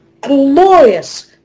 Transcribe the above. glorious